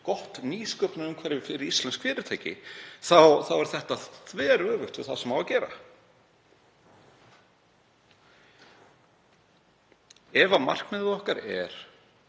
gott nýsköpunarumhverfi fyrir íslensk fyrirtæki þá er þetta þveröfugt við það sem á að gera. Ef markmið okkar er